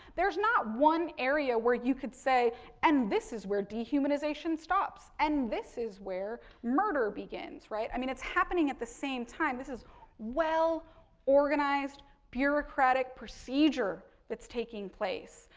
there's not one area is where you can say and this is where dehumanization stops, and this is where murder begins right. i mean, it's happening at the same time. this is well organized, bureaucratic procedure that's taking place.